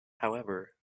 however